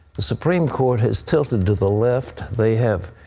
the supreme court has tilted to the left. they have